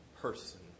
person